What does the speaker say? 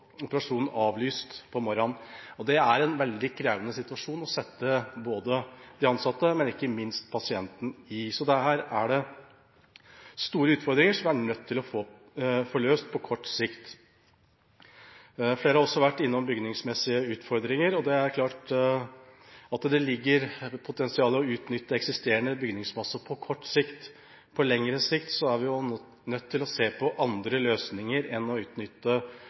operasjonen avlyst samme morgen. Det er en veldig krevende situasjon å sette de ansatte og ikke minst pasienten i. Så her er det store utfordringer som vi er nødt til å få løst på kort sikt. Flere har også vært innom bygningsmessige utfordringer, og det er klart at det ligger et potensial i å utnytte eksisterende bygningsmasse på kort sikt. På lengre sikt er vi nødt til å se på andre løsninger enn å utnytte